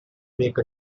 make